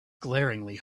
glaringly